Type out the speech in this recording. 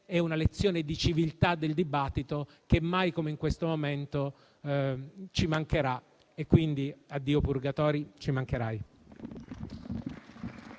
e una lezione di civiltà del dibattito, che mai come in questo momento ci mancherà. Quindi, addio Purgatori, ci mancherai.